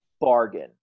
bargain